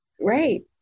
right